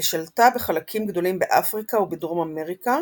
ושלטה בחלקים גדולים באפריקה ובדרום אמריקה